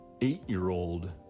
eight-year-old